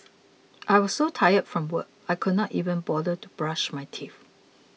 I was so tired from work I could not even bother to brush my teeth